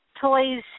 toys